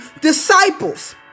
disciples